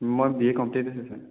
মই B A complete হৈছে sir